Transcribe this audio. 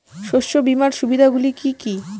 শস্য বিমার সুবিধাগুলি কি কি?